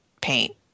paint